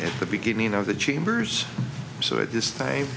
at the beginning of the chambers so at this time